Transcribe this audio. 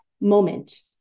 moment